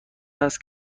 است